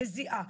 מזיעה,